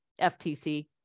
FTC